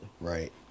Right